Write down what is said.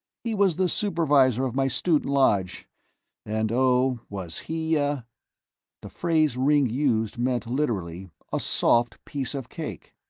he was the supervisor of my student lodge and oh, was he a the phrase ringg used meant, literally, a soft piece of cake.